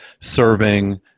serving